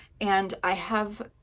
and i have,